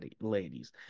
ladies